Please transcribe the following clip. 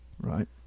right